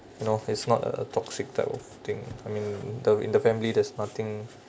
you know it's not a toxic type of thing I mean the in the family there's nothing